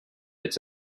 its